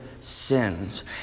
sins